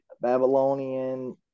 Babylonian